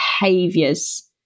behaviors